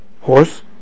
horse